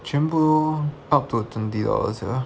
全部 lor up to twenty dollars ya